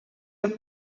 are